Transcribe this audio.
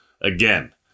Again